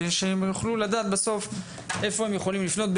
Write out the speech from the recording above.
שהם יוכלו לדעת בסוף איפה הם יכולים לפנות.